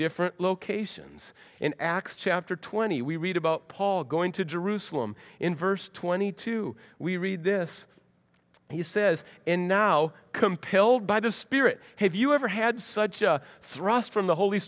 different locations in acts chapter twenty we read about paul going to jerusalem in verse twenty two we read this he says in now compelled by the spirit have you ever had such a thrust from the holy